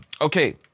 Okay